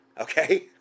okay